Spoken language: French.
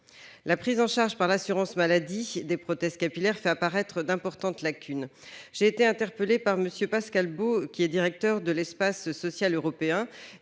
La prise en charge par l'assurance maladie des prothèses capillaires fait apparaître d'importantes lacunes. J'ai été interpellée sur ce sujet par Pascal Beau, directeur d'Espace social européen,